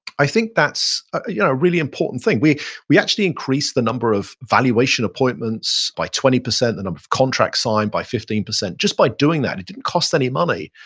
i think that's yeah a really important thing. we we actually increase the number of valuation appointments by twenty percent, the number of contracts signed by fifteen percent just by doing that. it didn't cost any money.